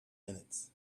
minutes